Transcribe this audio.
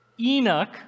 Enoch